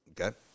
Okay